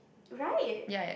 yeah yeah